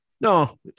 No